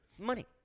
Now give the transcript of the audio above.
Money